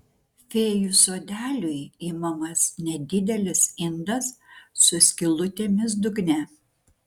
fėjų sodeliui imamas nedidelis indas su skylutėmis dugne